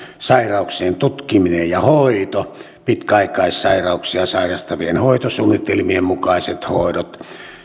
sairauksien tutkiminen ja hoito pitkäaikaissairauksia sairastavien hoitosuunnitelmien mukaiset hoidot